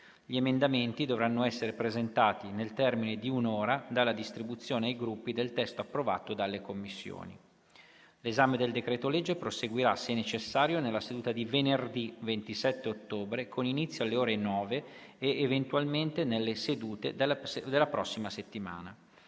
Gli emendamenti dovranno essere presentati nel termine di un'ora dalla distribuzione ai Gruppi del testo approvato dalle Commissioni. L'esame del decreto-legge proseguirà se necessario nella seduta di venerdì 27 ottobre, con inizio alle ore 9, ed eventualmente nelle sedute della prossima settimana.